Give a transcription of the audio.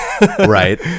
right